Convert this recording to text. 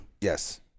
yes